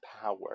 power